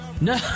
No